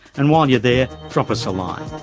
and while you're there, drop us a line.